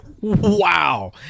wow